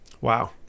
Wow